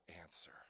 answer